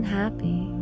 happy